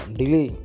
delay